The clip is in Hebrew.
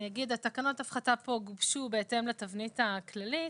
אני אומר שתקנות ההפחתה כאן גובשו בהתאם לתבנית הכללית